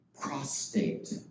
prostate